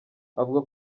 avuga